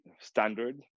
standard